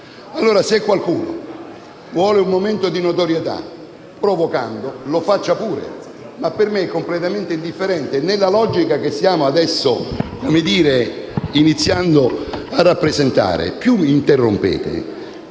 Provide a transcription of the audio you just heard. Se qualcuno vuole un momento di notorietà provocando, lo faccia pure, ma per me è completamente indifferente. Nella logica che stiamo adesso iniziando a rappresentare, più mi interrompete